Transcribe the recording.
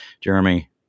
Jeremy